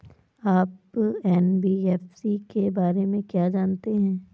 आप एन.बी.एफ.सी के बारे में क्या जानते हैं?